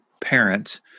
parents